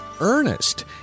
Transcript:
Ernest